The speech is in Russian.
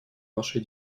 вашей